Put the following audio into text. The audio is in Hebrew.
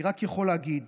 אני רק יכול להגיד